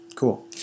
Cool